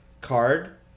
card